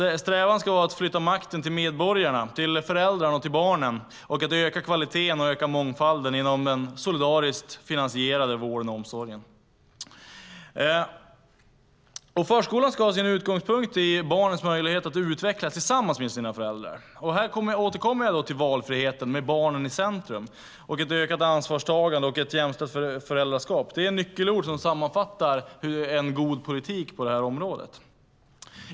Strävan ska vara att flytta makten till medborgarna - till föräldrarna och barnen - och höja kvaliteten och öka mångfalden inom den solidariskt finansierade vården och omsorgen. Förskolan ska ha sin utgångspunkt i barns möjlighet att utvecklas tillsammans med sina föräldrar. Här återkommer jag till valfrihet med barnen i centrum, ett ökat ansvarstagande och jämställt föräldraskap. Det är nyckelord som sammanfattar en god politik på det här området.